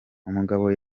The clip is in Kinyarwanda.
umugabo